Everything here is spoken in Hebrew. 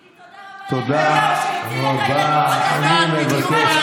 תגידי תודה רבה לנתניהו,